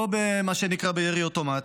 לא במה שנקרא "בירי אוטומט",